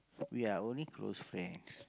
we are only close friends